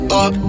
up